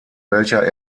welcher